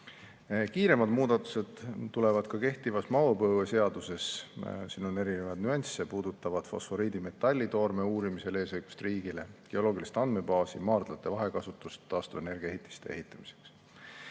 Kiiremad muudatused tehakse kehtivas maapõueseaduses. Siin on erinevaid nüansse, mis puudutavad fosforiidi ja metallitoorme uurimisel riigi eesõigust, geoloogilist andmebaasi, maardlate vahekasutust taastuvenergiaehitiste ehitamiseks.